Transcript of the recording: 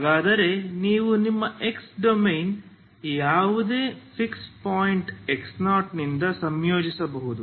ಹೇಗಾದರೂ ನೀವು ನಿಮ್ಮ x ಡೊಮೇನ್ನ ಯಾವುದೇ ಫಿಕ್ಸ್ ಪಾಯಿಂಟ್ x0 ನಿಂದ ಸಂಯೋಜಿಸಬಹುದು